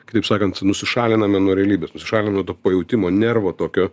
kitaip sakant nusišaliname nuo realybės nusišalina nuo to pajautimo nervo tokio